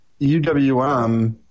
UWM